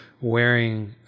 wearing